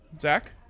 Zach